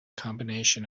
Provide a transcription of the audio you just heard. combination